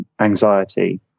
anxiety